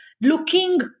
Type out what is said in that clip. Looking